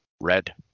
red